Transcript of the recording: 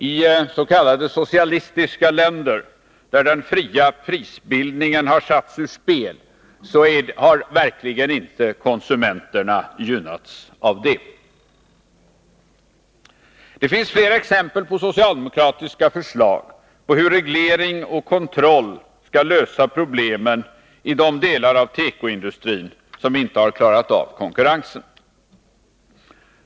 I s.k. socialistiska länder, där den fria prisbildningen satts ur spel, har konsumenterna verkligen inte gynnats av det. Det finns fler exempel på socialdemokratiska förslag om hur reglering och kontroll skall lösa problemen i de delar av tekoindustrin som inte har klarat av konkurrensen.